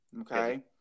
Okay